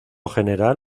general